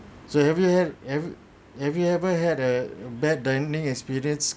so have you had have have you ever had a bad dining experience